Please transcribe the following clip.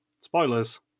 Spoilers